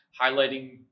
highlighting